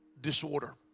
disorder